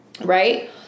Right